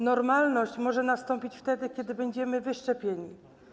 Normalność może nastąpić wtedy, kiedy będziemy wyszczepieni.